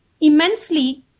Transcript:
immensely